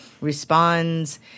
responds